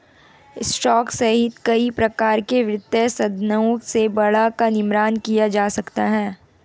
stock सहित कई प्रकार के वित्तीय साधनों से बाड़ा का निर्माण किया जा सकता है